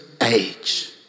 age